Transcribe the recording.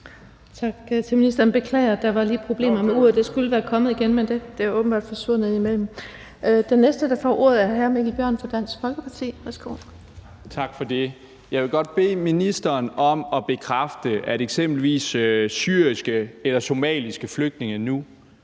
Tak til ministeren. Jeg beklager – der var lige problemer med uret. Det skulle være kommet igen, men det er åbenbart forsvundet indimellem. Den næste, der får ordet, er hr. Mikkel Bjørn fra Dansk Folkeparti. Værsgo. Kl. 19:05 Mikkel Bjørn (DF): Tak for det. Jeg vil godt bede ministeren om at bekræfte, at eksempelvis syriske eller somaliske flygtninge nu